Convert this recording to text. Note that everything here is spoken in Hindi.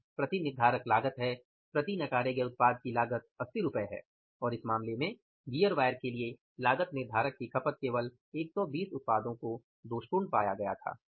और प्रति निर्धारक लागत है प्रति नकारे गए उत्पाद की लागत 80 रु है और इस मामले में गियर वायर के लिए लागत निर्धारक की खपत केवल 120 उत्पादों को दोषपूर्ण पाया गया था